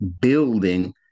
building